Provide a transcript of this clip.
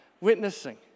witnessing